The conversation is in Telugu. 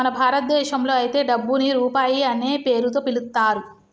మన భారతదేశంలో అయితే డబ్బుని రూపాయి అనే పేరుతో పిలుత్తారు